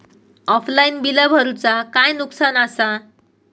Offline बिला भरूचा काय नुकसान आसा?